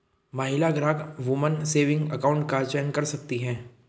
महिला ग्राहक woman saving account का चयन कर सकती है